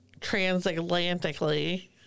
transatlantically